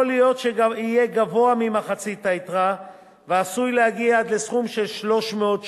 יכול שיהיה גבוה ממחצית היתרה ועשוי להגיע עד 300 ש"ח,